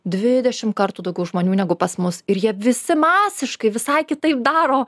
dvidešim kartų daugiau žmonių negu pas mus ir jie visi masiškai visai kitaip daro